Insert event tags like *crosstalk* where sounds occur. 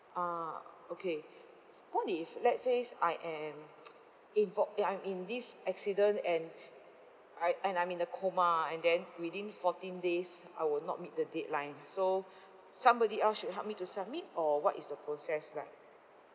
ah okay what if let's says I am *noise* invo~ eh I'm in this accident and I I'm uh in a coma and then within fourteen days I will not meet the deadline so somebody else should help me to submit or what is the process like